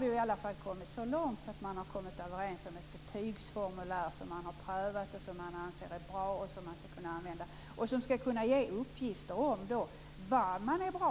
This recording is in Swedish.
det i alla fall kommit så långt att man har kommit överens om ett betygsformulär som man har prövat, som man anser är bra och som man skall kunna använda. Det skall också kunna ge uppgifter om vad man är bra på.